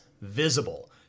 visible